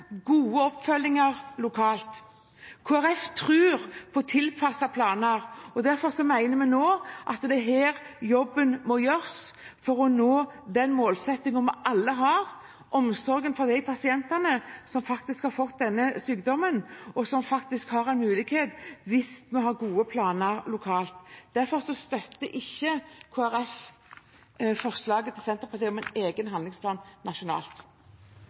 lokalt. Kristelig Folkeparti tror på tilpassede planer. Derfor mener vi at det er her jobben må gjøres for å nå den målsettingen vi alle har, omsorg for de pasientene som har fått denne sykdommen, og som har en mulighet hvis vi har gode planer lokalt. Derfor støtter ikke Kristelig Folkeparti forslaget fra Senterpartiet om en egen nasjonal handlingsplan.